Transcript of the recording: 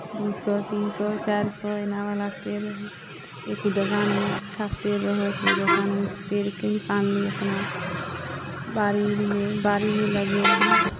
दू सए तीन सए चारि सए एनावला पेड़ रहै एगो दोकानमे अच्छा पेड़ रहय तऽ ओहि दोकानमे सँ पेड़ कीनि कऽ आनली अपना बाड़ी उड़ीमे बाड़ीमे लगयली